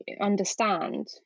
understand